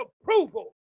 approval